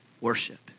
worship